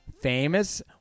famous